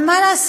אבל מה לעשות?